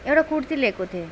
एउटा कुर्ती लिएको थिएँ